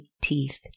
teeth